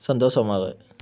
சந்தோஷமாக